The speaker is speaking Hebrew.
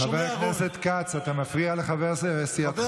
חבר הכנסת כץ, אתה מפריע לחבר סיעתך.